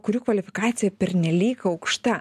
kurių kvalifikacija pernelyg aukšta